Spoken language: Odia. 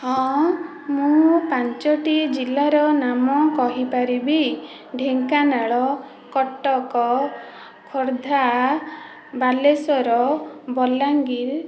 ହଁ ମୁଁ ପାଞ୍ଚଟି ଜିଲ୍ଲାର ନାମ କହିପାରିବି ଢେଙ୍କାନାଳ କଟକ ଖୋର୍ଦ୍ଧା ବାଲେଶ୍ୱର ବଲାଙ୍ଗୀର